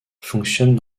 fonctionne